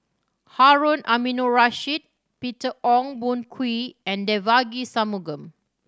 Harun Aminurrashid Peter Ong Boon Kwee and Devagi Sanmugam